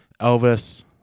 Elvis